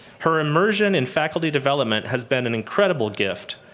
her immersion in faculty development has been an incredible gift,